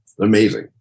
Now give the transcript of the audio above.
Amazing